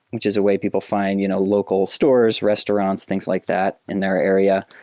which is a way people find you know local stores, restaurants, things like that in their area.